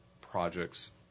projects